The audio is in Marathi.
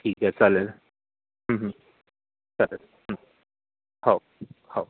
ठीक आहे चालेल चालेल हो हो